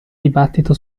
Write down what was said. dibattito